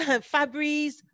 Fabrice